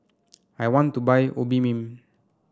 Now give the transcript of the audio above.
I want to buy Obimin